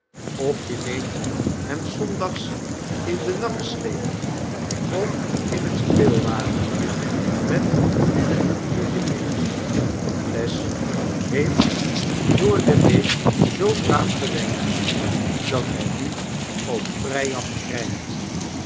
of je neemt hem s zondags in de narrensleê of in t speelwagentjen met de famielje meê bles heeft door de week zoo braaf gewerkt dat hy nu ook vry af krijgt